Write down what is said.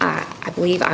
i believe i